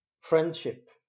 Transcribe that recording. friendship